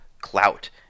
clout